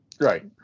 Right